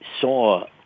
saw